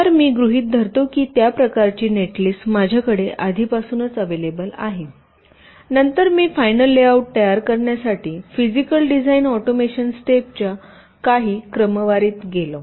तर मी गृहित धरतो की त्या प्रकारची नेटलिस्ट माझ्याकडे आधीपासूनच अव्हेलेबल आहे नंतर मी फायनल लेआऊट तयार करण्यासाठी फिजिकल डिझाइन ऑटोमेशन स्टेपच्या काही क्रमवारीत गेलो